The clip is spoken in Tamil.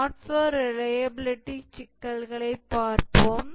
சாஃப்ட்வேர் ரிலையபிலிடி சிக்கல்களைப் பார்ப்போம்